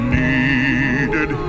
needed